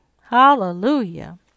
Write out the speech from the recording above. Hallelujah